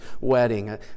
wedding